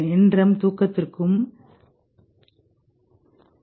M தூக்கத்திற்கும் என்